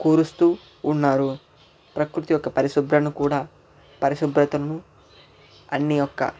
కూరుస్తు ఉన్నారు ప్రకృతి యొక్క పరిశుభ్రతను కూడా పరిశుభ్రతను అన్నీ ఒక్క